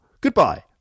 Goodbye